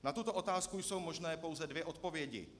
Na tuto otázku jsou možné pouze dvě odpovědi.